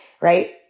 right